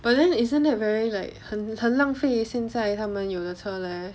but then isn't that like very 浪费他们现在有的车 leh